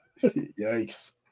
Yikes